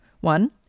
One